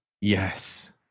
Yes